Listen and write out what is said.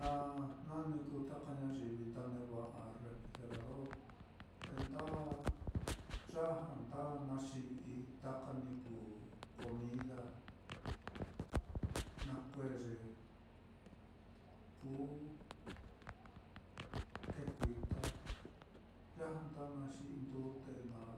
Ah jna ni kuu taka ñayivi nda neva'a refri or, te nda ya já nda xi'ii taka ni kuu comida, na kue'e ye kú kuita, ya já nda naxi'ii ndute naá,